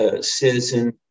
citizen